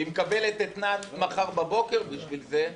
והיא מקבלת אתנן מחר בבוקר בשביל זה,